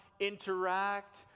interact